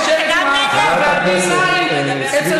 כששלושה גברים מחליטים נגד אישה,